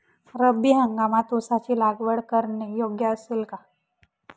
रब्बी हंगामात ऊसाची लागवड करणे योग्य असेल का?